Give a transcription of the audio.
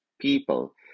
People